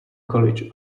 college